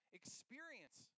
experience